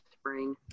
spring